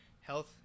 health